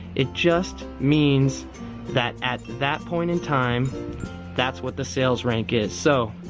it just means that at that point in time that's what the sales rank is. so